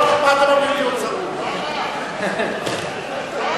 (קורא בשמות חברי הכנסת)